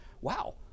Wow